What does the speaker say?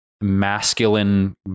masculine